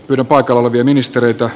kyllä paikalla oli ministereitä